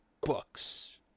Books